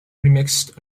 remixed